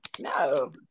No